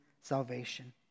salvation